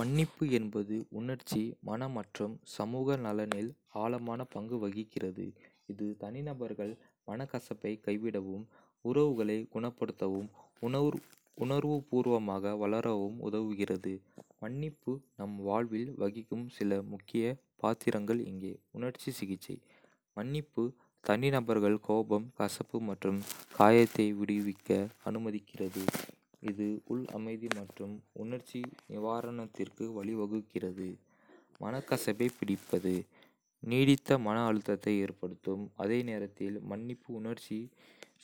மன்னிப்பு என்பது உணர்ச்சி, மன மற்றும் சமூக நலனில் ஆழமான பங்கு வகிக்கிறது. இது தனிநபர்கள் மனக்கசப்பைக் கைவிடவும், உறவுகளை குணப்படுத்தவும், உணர்வுபூர்வமாக வளரவும் உதவுகிறது. மன்னிப்பு நம் வாழ்வில் வகிக்கும் சில முக்கிய பாத்திரங்கள் இங்கே: உணர்ச்சி சிகிச்சை மன்னிப்பு தனிநபர்கள் கோபம், கசப்பு மற்றும் காயத்தை விடுவிக்க அனுமதிக்கிறது, இது உள் அமைதி மற்றும் உணர்ச்சி நிவாரணத்திற்கு வழிவகுக்கிறது. மனக்கசப்பைப் பிடிப்பது நீடித்த மன அழுத்தத்தை ஏற்படுத்தும், அதே நேரத்தில் மன்னிப்பு உணர்ச்சி